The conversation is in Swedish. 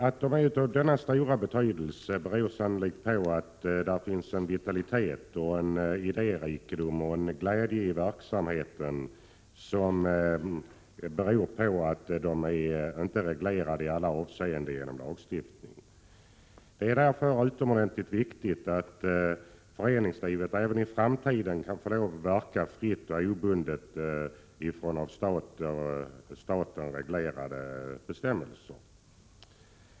Att de har denna stora betydelse beror sannolikt på att där finns en vitalitet, idérikedom och glädje i verksamheten som är orsakad av att de inte i alla avseenden är reglerade genom lagstiftning: Det är därför utomordentligt viktigt att föreningarna även i framtiden kan få verka fritt och obundet av statligt reglerade bestämmelser.